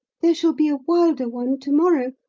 there shall be a wilder one to-morrow,